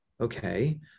okay